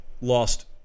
Lost